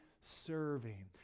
serving